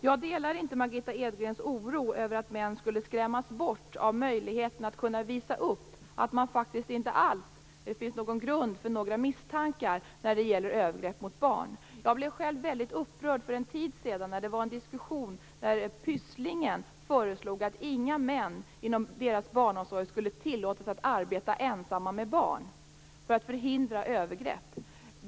Jag delar inte Margitta Edgrens oro över att män skulle skrämmas bort av möjligheten att visa upp att det inte finns någon grund för några misstankar när det gäller övergrepp mot barn. Jag blev själv väldigt upprörd då Pysslingen för en tid sedan föreslog att inga män inom deras barnomsorg skulle tillåtas arbeta ensamma med barn - detta för att förhindra övergrepp.